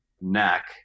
neck